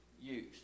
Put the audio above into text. use